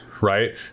right